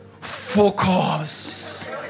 Focus